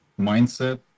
mindset